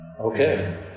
Okay